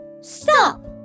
stop